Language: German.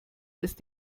ist